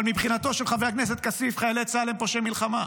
אבל מבחינתו של חבר הכנסת כסיף חיילי צה"ל הם פושעי מלחמה.